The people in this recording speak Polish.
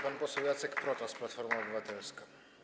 Pan poseł Jacek Protas, Platforma Obywatelska.